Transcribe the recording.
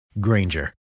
Granger